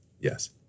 Yes